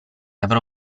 avrò